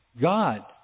God